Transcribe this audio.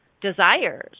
desires